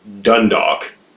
Dundalk